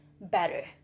better